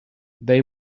they